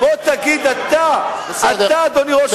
בוא תגיד אתה, אדוני ראש הממשלה,